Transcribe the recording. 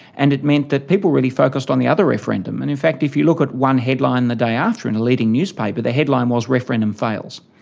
and it meant that people really focused on the other referendum. and in fact if you look at one headline the day after in a leading newspaper, the headline was referendum fails,